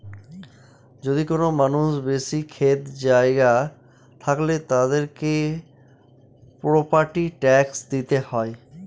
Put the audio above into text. যদি কোনো মানুষের বেশি ক্ষেত জায়গা থাকলে, তাদেরকে প্রপার্টি ট্যাক্স দিতে হয়